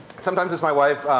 sometimes it's my wife.